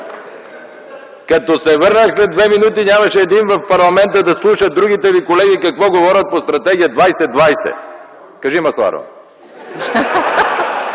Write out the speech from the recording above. Като се върнах след две минути, нямаше един в парламента да слуша другите ви колеги какво говорят по Стратегия 2020. Кажи, Масларова?!